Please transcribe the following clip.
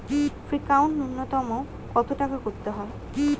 Fixed নুন্যতম কত টাকা করতে হবে?